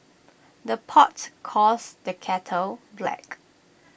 the pot calls the kettle black